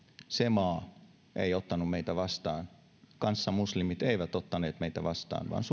se maa ei ottanut meitä vastaan kanssamuslimit eivät ottaneet meitä vastaan vaan